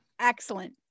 excellent